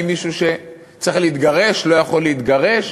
האם מישהו שצריך להתגרש לא יכול להתגרש?